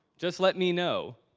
just let me know.